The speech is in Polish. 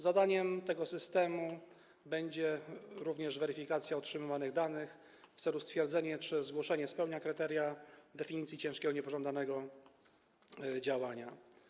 Zadaniem tego systemu będzie również weryfikacja otrzymywanych danych w celu stwierdzenia, czy zgłoszenie spełnia kryteria definicji ciężkiego niepożądanego działania.